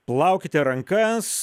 plaukite rankas